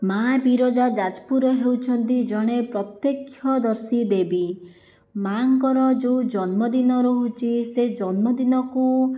ମାଁ ବିରଜା ଯାଜପୁରରେ ହେଉଛନ୍ତି ଜଣେ ପ୍ରତ୍ୟକ୍ଷଦର୍ଶୀ ଦେବୀ ମାଁଙ୍କର ଯେଉଁ ଜନ୍ମଦିନ ରହୁଛି ସେ ଜନ୍ମଦିନକୁ